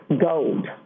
gold